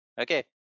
okay